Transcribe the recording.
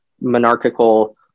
monarchical